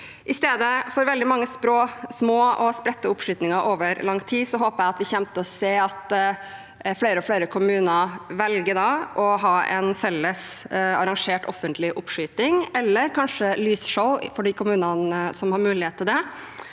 I stedet for veldig mange små og spredte oppskytinger over lang tid håper jeg vi kommer til å se at flere og flere kommuner velger å ha en felles, arrangert offentlig oppskyting, eller kanskje lysshow for de kommunene som har mulighet til det.